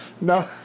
No